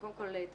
קודם כל,